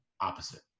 opposite